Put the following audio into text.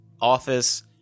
office